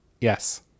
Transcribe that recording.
Yes